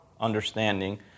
understanding